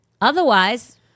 Otherwise